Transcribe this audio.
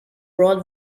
broad